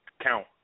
count